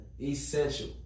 essential